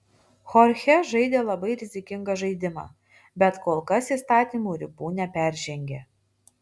chorchė žaidė labai rizikingą žaidimą bet kol kas įstatymo ribų neperžengė